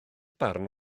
barn